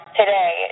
today